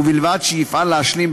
ובלבד שיפעל להשלים,